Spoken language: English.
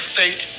State